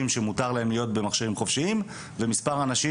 שמותר להם להיות במכשירים חופשיים ומספר אנשים